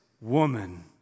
woman